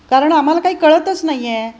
कारण आम्हाला काही कळतच नाही आहे